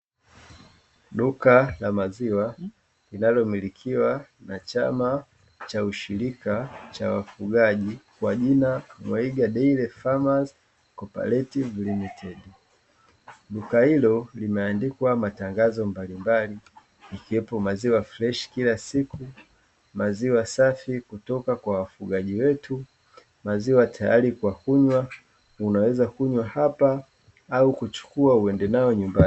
Duka la maziwa linalomilikiwa na chama cha ushirika cha wafugaji kwa jina "Mwaiga dairy farmers cooperative limited ". Duka hilo limeandikwa matangazo mbalimbali ikiwepo maziwa freshi kila siku, maziwa safi kutoka kwa wafugaji wetu, maziwa tayari kwa kunywa, unaweza kunywa hapa au kuchukua uende nayo nyumbani.